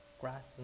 grass